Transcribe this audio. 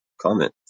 comment